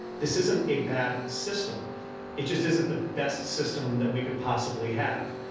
this isn't a bad system it just isn't the best system that we could possibly have.